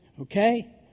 Okay